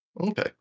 okay